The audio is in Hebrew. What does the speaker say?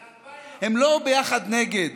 זה 2,000, הם לא ביחד נגד,